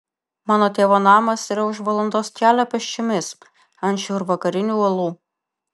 mano tėvo namas yra už valandos kelio pėsčiomis ant šiaurvakarinių uolų